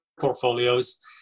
portfolios